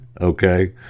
okay